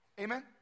Amen